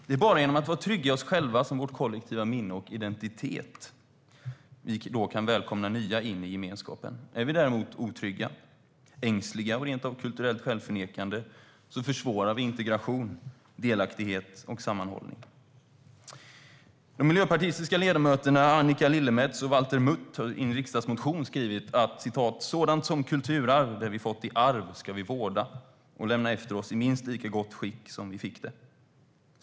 Det är bara genom att vara trygga i oss själva som vårt kollektiva minne och vår identitet kan välkomna nya in i gemenskapen. Är vi däremot otrygga, ängsliga och rent av kulturellt självförnekande försvårar vi integration, delaktighet och sammanhållning. De miljöpartistiska ledamöterna Annika Lillemets och Valter Mutt har i en riksdagsmotion skrivit om "sådant som kulturarv. Det vi fått i arv ska vi vårda och lämna efter oss i minst lika gott skick som vi fick det."